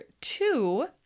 two